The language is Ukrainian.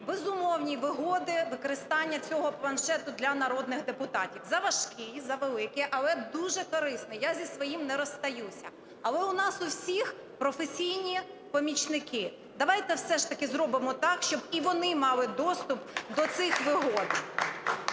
безумовні вигоди використання цього планшету для народних депутатів. Заважкий, завеликий, але дуже корисний. Я зі своїм не розстаюся. Але у нас в усіх професійні помічники. Давайте все ж таки зробимо так, щоб і вони мали доступ до цих вигод.